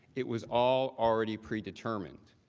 it was all already predetermined.